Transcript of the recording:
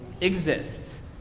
exists